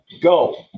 go